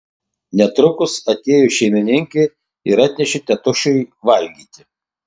netrukus atėjo šeimininkė ir atnešė tėtušiui valgyti